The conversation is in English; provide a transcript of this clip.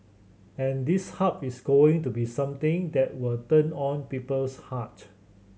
and this Hub is going to be something that will turn on people's heart